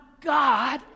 God